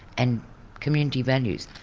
and community values.